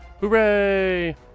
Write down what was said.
Hooray